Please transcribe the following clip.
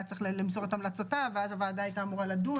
צריך למסור את המלצותיו ואז הוועדה הייתה אמורה לדון.